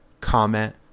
comment